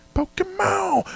Pokemon